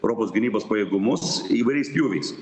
europos gynybos pajėgumus įvairiais pjūviais